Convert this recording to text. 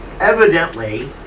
evidently